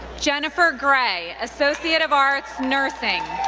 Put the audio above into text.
jennifer gray, associate of arts, nursing.